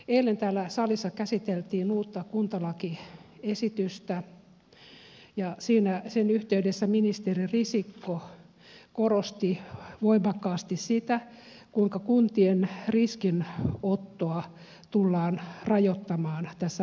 eilen täällä salissa käsiteltiin uutta kuntalakiesitystä ja sen yhteydessä ministeri risikko korosti voimakkaasti sitä kuinka kuntien riskinottoa tullaan rajoittamaan tässä uudistuksessa